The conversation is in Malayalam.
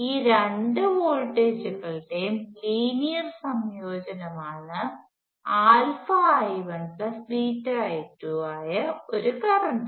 ഈ രണ്ട് വോൾട്ടേജുകളുടെയും ലീനിയർ സംയോജനമാണ് I1 I2 ആയ ഒരു കറണ്ട്